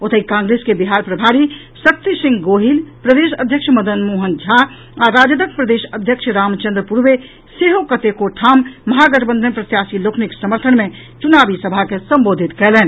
ओतहि कांग्रेस के बिहार प्रभारी शक्ति सिंह गोहिल प्रदेश अध्यक्ष मदन मोहन झा आ राजदक प्रदेशक अध्यक्ष रामचंद्र पूर्वे सेहो कतेको ठाम महागठबंधन प्रत्याशी लोकनिक समर्थन मे चुनावी सभा के संबोधित कयलनि